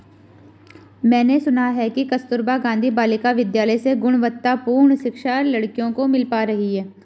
मैंने सुना है कि कस्तूरबा गांधी बालिका विद्यालय से गुणवत्तापूर्ण शिक्षा लड़कियों को मिल पा रही है